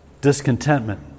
discontentment